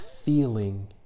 feeling